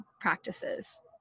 practices